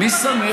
מי שמך?